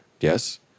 Yes